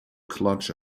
clutch